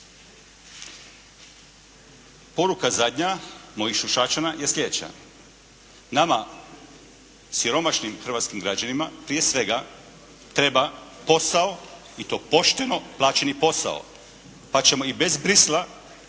Poruka zadnja mojih sušačana je slijedeća. Nama siromašnim hrvatskim građanima prije svega trebao posao i to pošteno plaćeni posao pa ćemo i bez